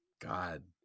God